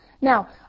Now